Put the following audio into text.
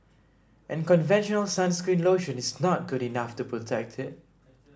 and conventional sunscreen lotion is not good enough to protect it